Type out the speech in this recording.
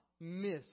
miss